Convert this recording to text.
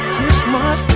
Christmas